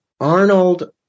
Arnold